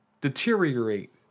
Deteriorate